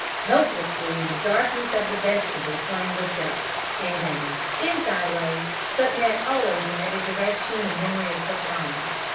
helplessly in the darkness of the vestibule flame looked up and down and sideways but met always in every direction the memory of her promise.